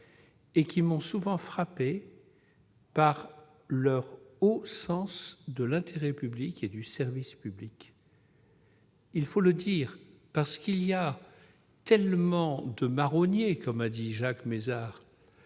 et qui m'ont souvent frappé par leur haut sens de l'intérêt public et du service public. Il y a tellement de « marronniers », comme l'a dit Jacques Mézard,